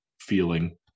feeling